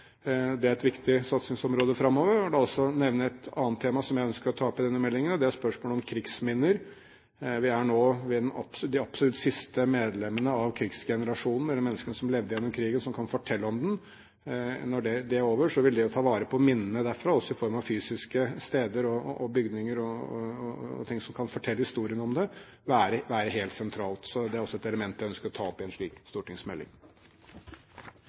Det er viktige satsingsområder framover. Jeg vil også nevne et annet tema som jeg ønsker å ta opp i denne meldingen, og det er krigsminner. Vi har nå den absolutt siste generasjon mennesker som levde under krigen, og som kan fortelle om den. Etter det vil det å ta vare på minnene fra den gang, også i form av fysiske steder og bygninger og ting som kan fortelle historien om dem, være helt sentralt. Det er også et element jeg ønsker å ta opp i en slik stortingsmelding.